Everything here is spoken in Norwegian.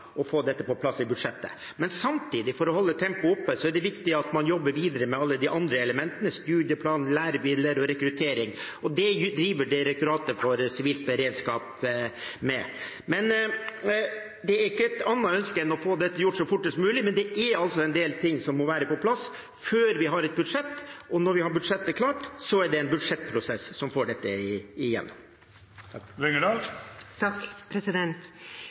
få dette på plass i budsjettet. Men samtidig, for å holde tempoet oppe, er det viktig at man jobber videre med alle de andre elementene – studieplan, læremidler og rekruttering. Det driver Direktoratet for samfunnssikkerhet og beredskap med. Vi har ikke noe annet ønske enn å få gjort dette så fort som mulig, men det er altså en del ting som må være på plass før vi har et budsjett, og når vi har budsjettet klart, er det en budsjettprosess som får dette